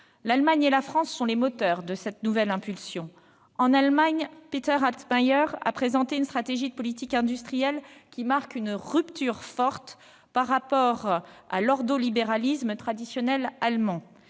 L'Allemagne et la France sont les moteurs de cette nouvelle politique. En Allemagne, Peter Altmaier a présenté une stratégie de politique industrielle qui marque une rupture forte par rapport à l'ordo-libéralisme traditionnel allemand.